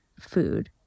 food